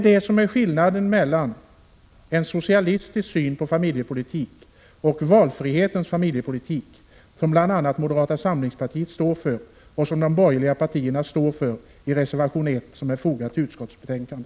Detta är skillnaden mellan en socialistisk familjepolitik och valfrihetens familjepolitik, som bl.a. moderata samlingspartiet står för och som de borgerliga partierna står för i reservation 1 till utskottets betänkande.